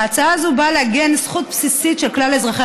ההצעה הזאת באה לעגן זכות בסיסית של כלל אזרחי